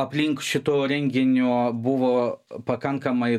aplink šito renginio buvo pakankamai